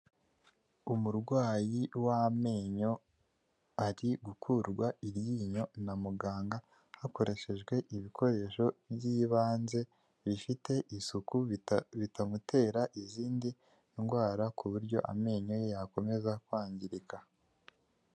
Umurwayi w'amenyo ari gukurwa iryinyo na muganga hakoreshejwe ibikoresho by'ibanze bifite isuku, bitamutera izindi ndwara ku buryo amenyo ye yakomeza kwangirika.